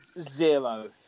zero